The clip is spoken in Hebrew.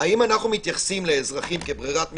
כברירת מחדל,